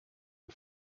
and